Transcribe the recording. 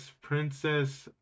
Princess